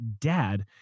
dad